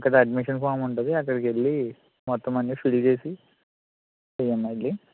అక్కడ admission form ఉంటుంది అక్కడికి వెళ్ళి మొత్తం అన్ని ఫిల్ చేసి ఇవ్వమ్మా వెళ్ళి